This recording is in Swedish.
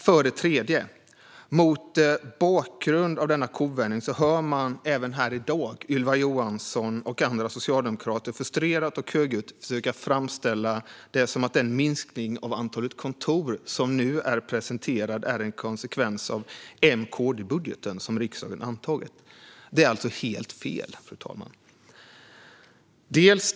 För det tredje: Mot bakgrund av denna kovändning hör man även här i dag Ylva Johansson och andra socialdemokrater frustrerat och högljutt försöka framställa det som att den minskning av antalet kontor som nu är presenterad är en konsekvens av den M-KD-budget som riksdagen antog. Fru talman! Det är helt fel.